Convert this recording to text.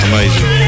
Amazing